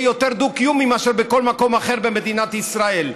יותר דו-קיום מאשר בכל מקום אחר במדינת ישראל,